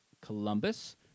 Columbus